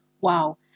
wow